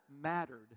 mattered